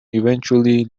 eventually